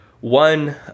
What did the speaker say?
one